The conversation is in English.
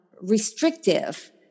restrictive